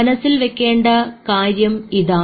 മനസ്സിൽ വെക്കേണ്ട കാര്യം ഇതാണ്